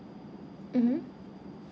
mmhmm